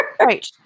Right